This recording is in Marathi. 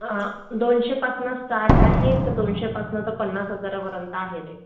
दोनशेपासून स्टार्ट आहे त दोनशेपासून ते पन्नास हजारापर्यंत आहे रेट